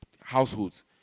households